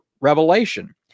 revelation